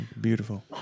Beautiful